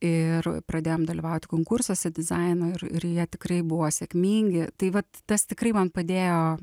ir pradėjom dalyvaut konkursuose dizaino ir ir jie tikrai buvo sėkmingi tai vat tas tikrai man padėjo